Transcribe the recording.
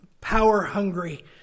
power-hungry